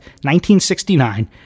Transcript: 1969